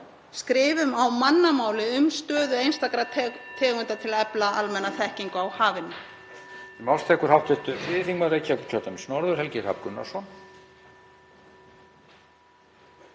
skrifum á mannamáli, um stöðu einstakra tegunda til að efla almenna þekkingu á hafinu?